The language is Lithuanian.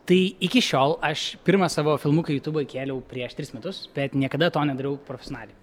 tai iki šiol aš pirmą savo filmuką į jotūba įkėliau prieš tris metus bet niekada to nedariau profesionaliai